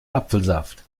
apfelsaft